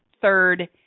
third